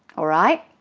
all right?